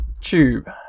tube